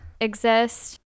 exist